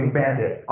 bandit